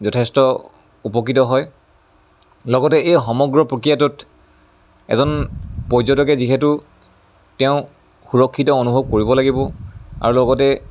যথেষ্ট উপকৃত হয় লগতে এই সমগ্ৰ প্ৰক্ৰিয়াটোত এজন পৰ্যটকে যিহেতু তেওঁ সুৰক্ষিত অনুভৱ কৰিব লাগিব আৰু লগতে